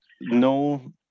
No